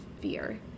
fear